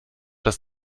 das